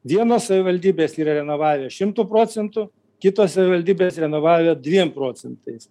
vienos savivaldybės yra renovavę šimtu procentų kitos savivaldybės renovavę dviem procentais